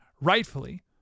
rightfully